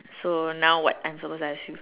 so now what I'm supposed to ask you